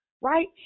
right